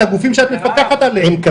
על הגופים שאת מפקחת עליהם.